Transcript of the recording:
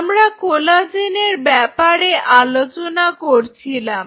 আমরা কোলাজেনের ব্যাপারে আলোচনা করছিলাম